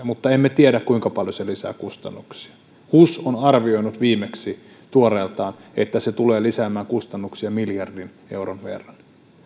mutta emme tiedä kuinka paljon se lisää kustannuksia hus on arvioinut viimeksi tuoreeltaan että se tulee lisäämään kustannuksia miljardin euron verran